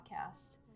Podcast